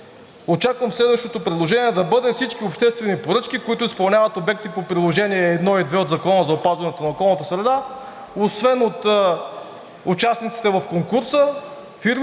Очаквам следващото предложение да бъде всички обществени поръчки, които изпълняват проекти по Приложение 1 и 2 от Закона за опазването на околната среда освен от участниците в конкурса, фирмите